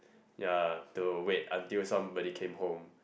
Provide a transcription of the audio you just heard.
ya to wait until somebody came home